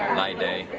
light day.